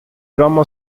drama